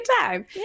time